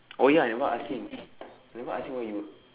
oh ya never ask him never ask him what he work